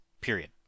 period